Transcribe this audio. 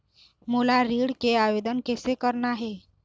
मोला ऋण के आवेदन कैसे करना हे?